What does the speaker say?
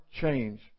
change